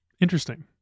Interesting